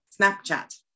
snapchat